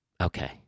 Okay